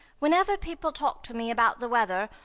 whenever people talk to me about the weather,